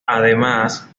además